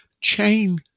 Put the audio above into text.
Chain